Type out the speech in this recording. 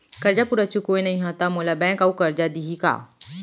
करजा पूरा चुकोय नई हव त मोला बैंक अऊ करजा दिही का?